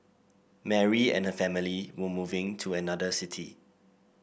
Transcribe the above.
Mary and her family were moving to another city